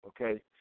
okay